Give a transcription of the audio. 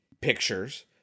Pictures